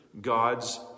God's